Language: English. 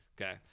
Okay